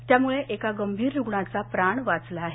त्यामुळे एका गंभीर रूग्णाचा प्राण वाचला आहे